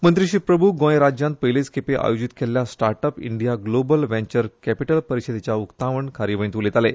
मंत्री प्रभू गोंय राज्यांत पयलेच खेपे आयोजीत केल्ल्या start up India global venture capital परिशदेच्या उकतावण कार्यावळींत उलयताले